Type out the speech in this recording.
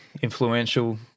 influential